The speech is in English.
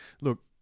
look